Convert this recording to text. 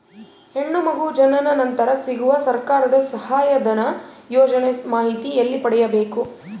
ಹೆಣ್ಣು ಮಗು ಜನನ ನಂತರ ಸಿಗುವ ಸರ್ಕಾರದ ಸಹಾಯಧನ ಯೋಜನೆ ಮಾಹಿತಿ ಎಲ್ಲಿ ಪಡೆಯಬೇಕು?